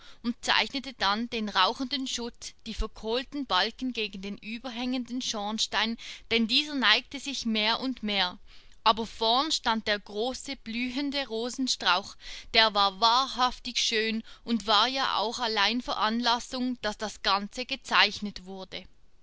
und zeichnete dann den rauchenden schutt die verkohlten balken gegen den überhängenden schornstein denn dieser neigte sich mehr und mehr aber vorn stand der große blühende rosenstrauch der war wahrhaftig schön und war ja auch allein veranlassung daß das ganze gezeichnet wurde